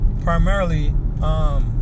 primarily